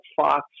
Fox